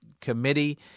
committee